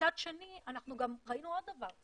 מצד שני, אנחנו גם ראינו עוד דבר.